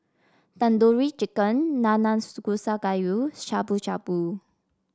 Tandoori Chicken Nanakusa Gayu Shabu Shabu